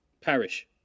parish